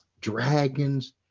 dragons